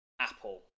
apple